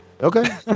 Okay